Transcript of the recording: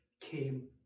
came